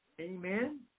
amen